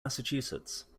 massachusetts